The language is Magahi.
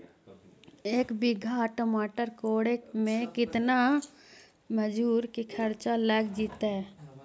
एक बिघा टमाटर कोड़े मे केतना मजुर के खर्चा लग जितै?